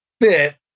fit